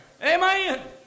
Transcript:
Amen